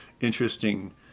interesting